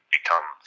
become